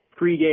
pregame